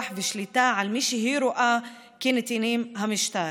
ושליטה על מי שהיא רואה כנתיני המשטר,